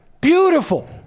beautiful